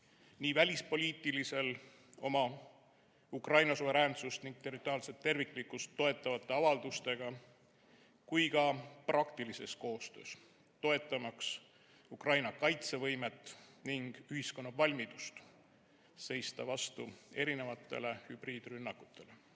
nii välispoliitilisel rindel Ukraina suveräänsust ja territoriaalset terviklikkust toetavate avaldustega kui ka praktilises koostöös, toetamaks Ukraina kaitsevõimet ning ühiskonna valmidust seista vastu hübriidrünnakutele. Lisaks